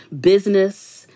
business